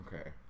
Okay